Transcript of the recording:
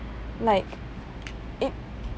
like it